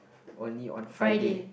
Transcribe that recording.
only on Friday